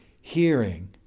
hearing